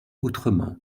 autrement